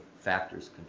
factors